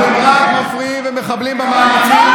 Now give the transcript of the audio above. אתם רק מפריעים ומחבלים במאמצים.